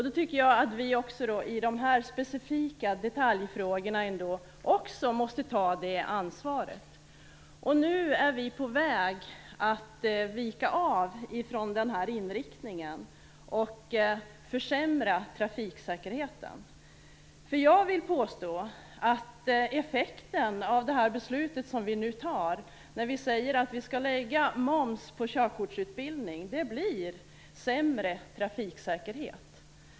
Då tycker jag att vi också måste ta det ansvaret i dessa specifika detaljfrågor. Nu är vi på väg att vika av ifrån den här inriktningen och försämra trafiksäkerheten. Jag vill påstå att effekten av det beslut som vi nu fattar, där vi säger att vi skall lägga moms på körkortsutbildning, blir sämre trafiksäkerhet.